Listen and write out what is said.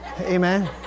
Amen